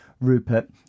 Rupert